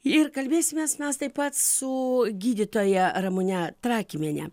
ir kalbėsimės mes taip pat su gydytoja ramune trakymiene